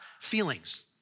feelings